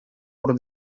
por